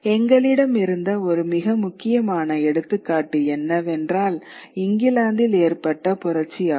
எங்களிடம் இருந்த ஒரு மிக முக்கியமான எடுத்துக்காட்டு என்னவென்றால்இங்கிலாந்தில் ஏற்பட்ட புரட்சி ஆகும்